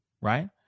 right